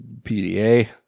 PDA